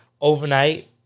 overnight